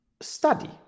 study